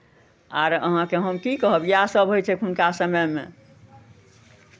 आर अहाँके हम की कहब इएहसभ होइ छै एखुनका समयमे